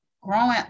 growing